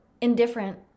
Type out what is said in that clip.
indifferent